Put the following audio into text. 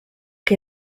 che